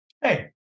hey